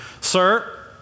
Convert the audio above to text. Sir